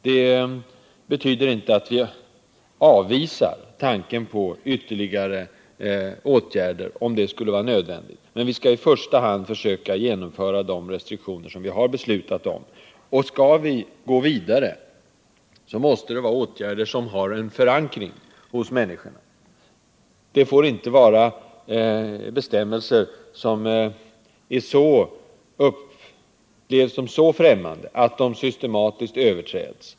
Det betyder inte att vi avvisar tanken på ytterligare åtgärder, om sådana skulle vara nödvändiga, men vi vill i första hand genomföra de restriktioner som redan har beslutats. Skall vi gå vidare, måste åtgärderna ha förankring bland människorna. Det får inte vara bestämmelser som upplevs så främmande att de systematiskt överträds.